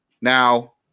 Now